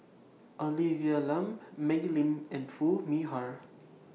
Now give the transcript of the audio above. Olivia Lum Maggie Lim and Foo Mee Har